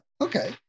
Okay